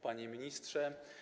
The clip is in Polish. Panie Ministrze!